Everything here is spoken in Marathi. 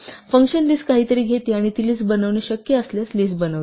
तर फंक्शन लिस्ट काहीतरी घेते आणि ती लिस्ट बनवणे शक्य असल्यास लिस्ट बनवते